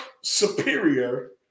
superior